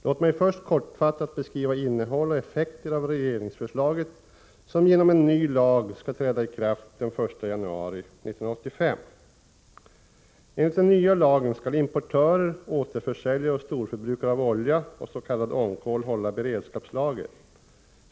Låt mig först kortfattat beskriva innehåll och effekter av regeringsförslaget, som genom en ny lag skall träda i kraft den 1 januari 1985. Enligt den nya lagen skall importörer, återförsäljare och storförbrukare av olja och s.k. ångkol hålla beredskapslager.